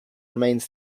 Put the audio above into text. remains